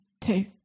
two